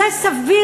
זה סביר?